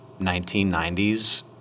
1990s